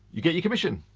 you get your commission.